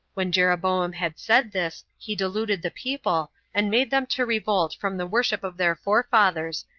when jeroboam had said this, he deluded the people, and made them to revolt from the worship of their forefathers,